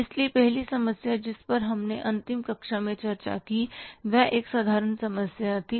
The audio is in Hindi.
इसलिए पहली समस्या जिस पर हमने अंतिम कक्षा में चर्चा की वह एक साधारण समस्या थी